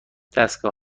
دستگاه